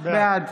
בעד